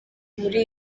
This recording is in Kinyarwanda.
muri